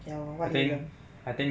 ya lor what did you learn